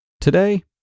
Today